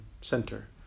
center